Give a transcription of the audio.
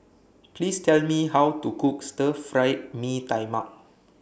Please Tell Me How to Cook Stir Fried Mee Tai Mak